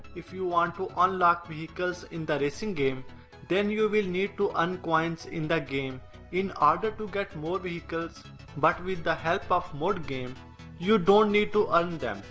if you want to unlock vehicles in the racing game then you will need to earn coins in the game in order to get more vehicles but with the help of mod game you don't need to earn them.